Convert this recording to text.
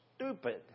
Stupid